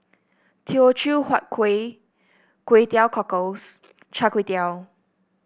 Teochew Huat Kuih Kway Teow Cockles Char Kway Teow